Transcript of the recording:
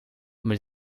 maar